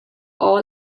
all